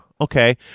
Okay